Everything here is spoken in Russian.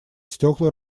стекла